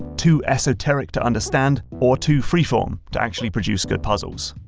too esoteric to understand, or too freeform to actually produce good puzzles.